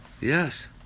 Yes